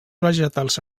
vegetals